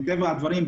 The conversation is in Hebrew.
מטבע הדברים,